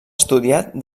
estudiat